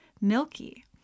milky